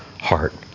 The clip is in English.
heart